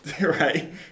Right